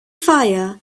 fire